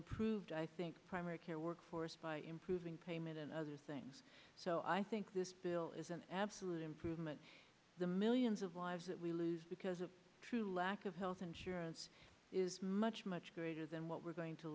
improved i think primary care workforce by improving payment and other things so i think this bill is an absolute improvement the millions of lives that we lose because a true lack of health insurance is much much greater than what we're going to